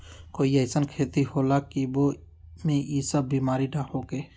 कोई अईसन खेती होला की वो में ई सब बीमारी न होखे?